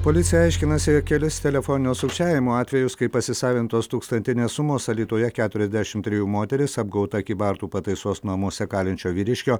policija aiškinasi kelis telefoninio sukčiavimo atvejus kai pasisavintos tūkstantinės sumos alytuje keturiasdešim trejų moteris apgauta kybartų pataisos namuose kalinčio vyriškio